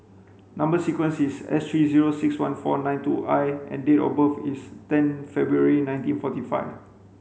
number sequence is S three zero six one four nine two I and date of birth is ten February nineteen forty five